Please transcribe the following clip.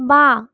বাঁ